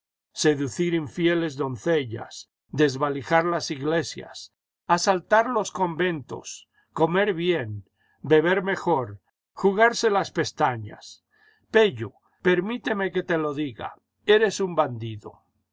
seducir infelices doncellas desvalijar las iglesias asaltar los conventos comer bien beber mejor jugarse las pestañas pello permíteme que te lo diga eres un bandido